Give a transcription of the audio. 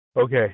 okay